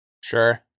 Sure